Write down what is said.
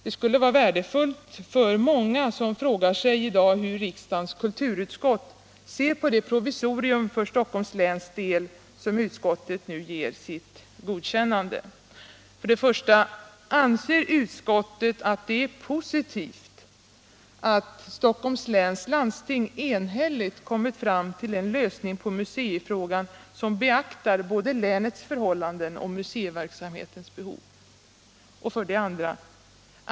Det skulle vara värdefullt för många — Nr 111 som i dag frågar sig hur riksdagens kulturutskott ser på det provisorium Onsdagen den för Stockholms läns del som utskottet nu ger sitt godkännande. 20 april 1977 1. Anser utskottet att det är positivt att Stockholms läns landsting —— enhälligt kommit fram till en lösning på museifrågan som beaktar både Bidrag till regionala länets förhållanden och museiverksamhetens behov? museer 2.